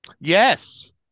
Yes